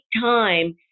time